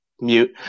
Mute